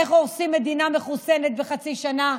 איך הורסים מדינה מחוסנת בחצי שנה?